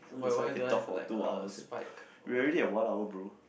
so that's why can talk for two hours eh we already at one hour bro